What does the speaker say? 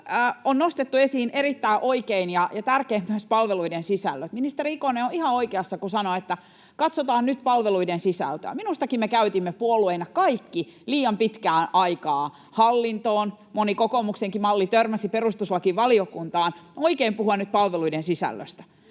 on nostettu esiin erittäin oikein ja tärkeinä myös palveluiden sisällöt. Ministeri Ikonen on ihan oikeassa, kun sanoi, että katsotaan nyt palveluiden sisältöä. Minustakin me käytimme puolueina kaikki liian pitkään aikaa hallintoon. Moni kokoomuksenkin malli törmäsi perustuslakivaliokuntaan. On oikein puhua nyt palveluiden sisällöstä.